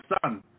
son